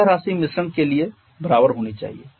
यह राशि मिश्रण के बराबर होनी चाहिए